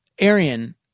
arian